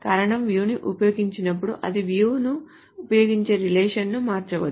కారణం view ను ఉపయోగించినప్పుడు అది view ను ఉపయోగించే రిలేషన్ ను మార్చవచ్చు